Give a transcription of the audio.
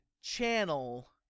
channel